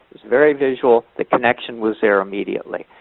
was very visual. the connection was there immediately.